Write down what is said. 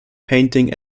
painting